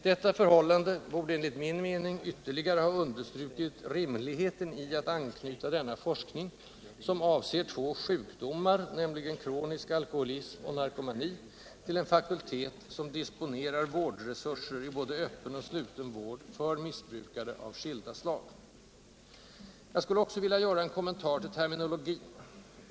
Detta förhållande borde enligt min mening ytterligare ha understrukit rimligheten i att anknyta denna forskning - som avser två sjukdomar, nämligen kronisk alkoholism och narkomani — till en fakultet, som disponerar vårdresurser i både öppen och sluten vård för missbrukare av skilda slag. Jag skulle också vilja göra en kommentar till terminologin.